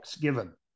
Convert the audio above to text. given